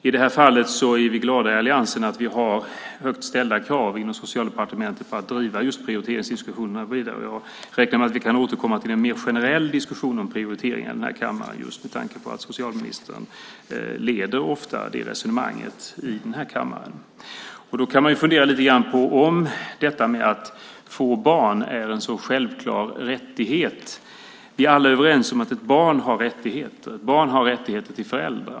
I det här fallet är vi i alliansen glada att vi har högt ställda krav inom Socialdepartementet för att driva just prioriteringsdiskussionerna vidare, och jag räknar med att vi kan återkomma till en mer generell diskussion om prioritering just med tanke på att socialministern ofta leder det resonemanget här i kammaren. Man kan fundera lite på om det här med att få barn är en så självklar rättighet. Vi är alla överens om att ett barn har rättigheter - en rättighet till föräldrar.